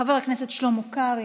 חבר הכנסת שלמה קרעי,